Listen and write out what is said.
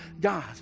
God